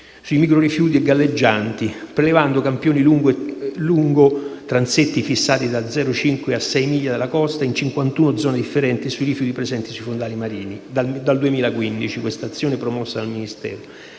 sui microrifiuti galleggianti, prelevando campioni lungo transetti fissati da 0,5 a 6 miglia dalla costa in 51 zone differenti, e sui rifiuti presenti sui fondali marini. Questa azione è stata promossa dal Ministero